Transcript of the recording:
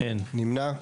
מי נמנע?